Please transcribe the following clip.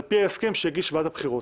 על פי ההסכם שהוא הגיש לוועדת הבחירות.